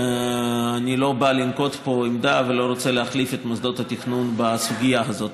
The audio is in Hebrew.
אני לא בא לנקוט פה עמדה ולא רוצה להחליף את מוסדות התכנון בסוגיה הזאת.